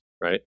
right